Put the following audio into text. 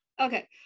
okay